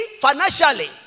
financially